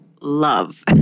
love